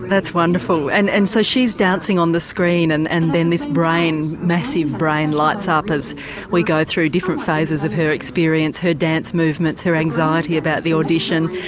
that's wonderful, and and so she's dancing on the screen and and then this brain, massive brain lights up as we go through different phases of her experience, her dance movements, her anxiety about the audition.